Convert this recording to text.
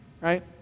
Right